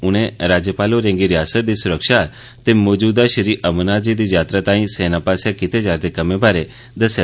उनें राज्यपाल होरें गी रिआसता दी सुरक्षा ते मजूदा श्री अमरनाथ जी दी यात्रा तांई सेना पास्सेआ कीते जा'रदे कम्में बारे दस्सेआ